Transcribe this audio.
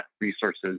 resources